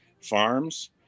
farms